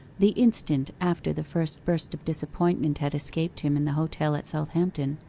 the instant after the first burst of disappointment had escaped him in the hotel at southampton,